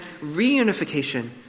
reunification